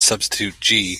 substitute